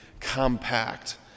compact